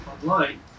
online